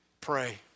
Pray